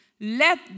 Let